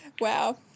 wow